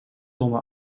onder